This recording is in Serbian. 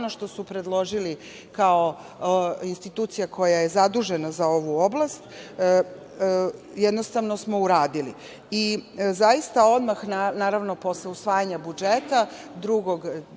ono što su predložili kao institucija koja je zadužena za ovu oblast, jednostavno smo uradili. Odmah posle usvajanja budžeta,